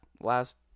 last